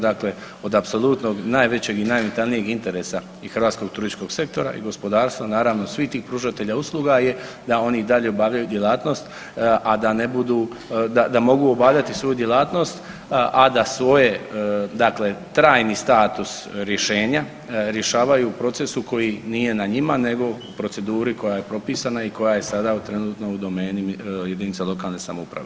Dakle, od apsolutno najvećeg i najvitalnijeg interesa i hrvatskog turističkog sektora i gospodarstva naravno svih tih pružatelja usluga je da oni i dalje obavljaju djelatnost, a da ne budu, da mogu obavljati svoju djelatnost a da svoje dakle trajni status rješenja rješavaju u procesu koji nije na njima nego proceduri koja je propisana i koja je sada trenutno u domeni jedinica lokalne samouprave.